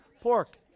pork